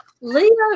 Leo